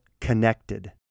connected